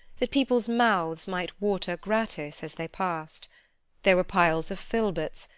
that people's mouths might water gratis as they passed there were piles of filberts,